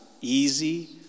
easy